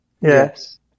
Yes